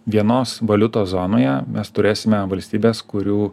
vienos valiutos zonoje mes turėsime valstybes kurių